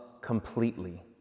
completely